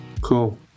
Cool